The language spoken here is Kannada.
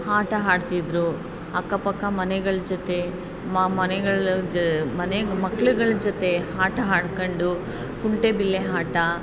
ಆಟ ಆಡ್ತಿದ್ದರು ಅಕ್ಕ ಪಕ್ಕ ಮನೆಗಳ ಜೊತೆ ಮನೆಗಳ ಜ ಮನೆ ಮಕ್ಳುಗಳು ಜೊತೆ ಆಟ ಆಡ್ಕೊಂಡು ಕುಂಟೆಬಿಲ್ಲೆ ಆಟ